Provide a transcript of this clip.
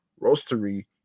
roastery